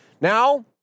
Now